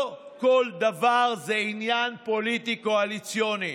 לא כל דבר זה עניין פוליטי קואליציוני.